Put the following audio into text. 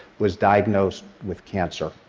was diagnosed with cancer.